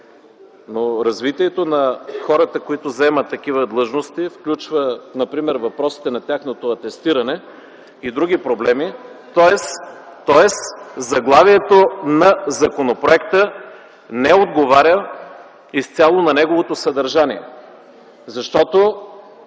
Но развитието на хората, които заемат такива длъжности, например въпросите за тяхното атестиране, както и други проблеми... т.е. заглавието на законопроекта не отговаря изцяло на неговото съдържание, защото